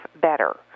better